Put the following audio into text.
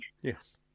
yes